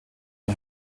und